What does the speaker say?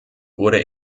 wurde